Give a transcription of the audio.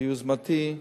ביוזמתי,